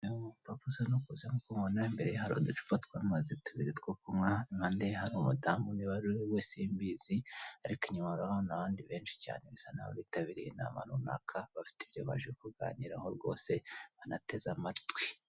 Uyu mupapa usa n'ukuze gusa nk'iko umubona imbere hari uducupa twamaze tubiri two kunywa, impande hari umadamu niba ari uwiwe simbizi, ariko inyuma urahabona abandi benshi cyane bisa n'aho bitabiriye inama runaka bafite ibyo baje kuganiraho rwose banateze amatwi.